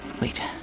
wait